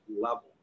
level